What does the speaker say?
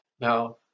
Now